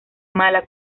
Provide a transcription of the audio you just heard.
mala